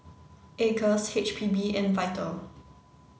Acres H P B and VITAL